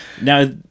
Now